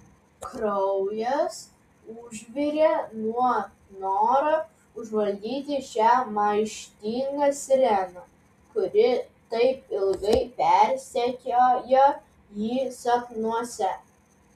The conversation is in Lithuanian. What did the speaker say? kraujas užvirė nuo noro užvaldyti šią maištingą sireną kuri taip ilgai persekiojo jį sapnuose